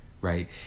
right